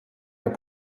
your